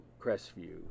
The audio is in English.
Crestview